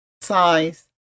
size